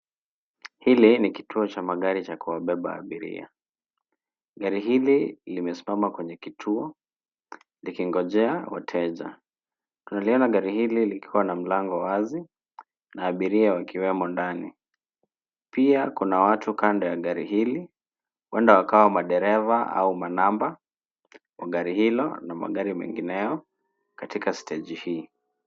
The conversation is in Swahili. Hili ni kituo cha magari cha kuwabeba abiria. Gari hili limesimama kwenye kituo likingojea wateja. Tunaliona gari hili likiwa na mlango wazi na abiria wakiwemo ndani. Pia kuna watu kando ya gari hili, huenda wakawa madereva au manamba wa gari hilo na magari mengineyo katika steji hii.